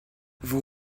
vous